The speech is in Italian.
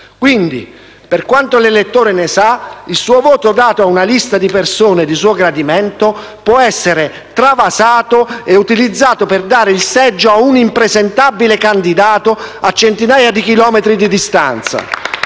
Quindi, per quanto l'elettore ne sa, il suo voto, dato a una lista di persone di suo gradimento, può essere travasato e utilizzato per dare il seggio a un impresentabile candidato a centinaia di chilometri di distanza,